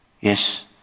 Yes